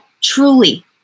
truly